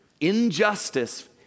injustice